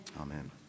Amen